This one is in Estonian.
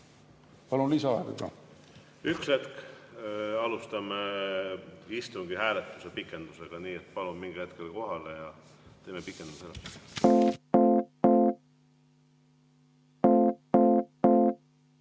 Palun lisaaega. Üks hetk! Alustame istungi hääletuse pikendusega. Nii et palun minge kohale ja teeme pikendamise